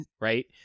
right